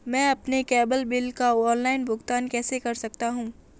मैं अपने cable bill का ऑनलाइन भुगतान कैसे कर सकता हूं?